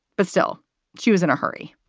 but still she was in a hurry.